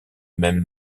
même